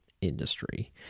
industry